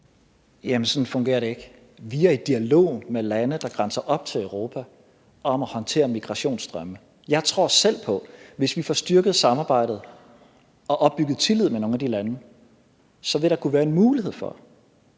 sådan fungerer det ikke. Vi er i dialog med lande, der grænser op til Europa, om at håndtere migrationsstrømme. Jeg tror selv på, at hvis vi får styrket samarbejdet og opbygget tillid i forhold til nogle af de lande, så vil der kunne være en mulighed for,